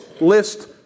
list